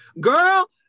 Girl